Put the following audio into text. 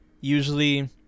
usually